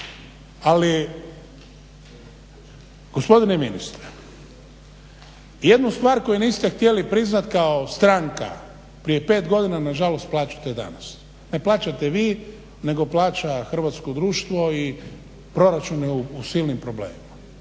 Ali gospodine ministre jednu stvar koju niste htjeli priznati kao stranka prije pet godina nažalost plaćate danas. Ne plaćate vi nego plaća hrvatsko društvo i proračun u silnim problemima.